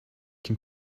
can